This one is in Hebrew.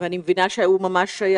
אני מבינה שהוא נחבל.